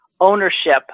ownership